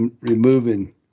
removing